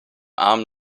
armen